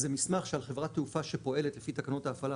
זה מסמך שעל חברת תעופה שפועלת על פי תקנות ההפעלה,